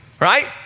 right